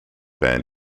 band